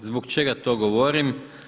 Zbog čega to govorim?